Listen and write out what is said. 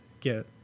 get